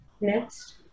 Next